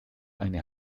eine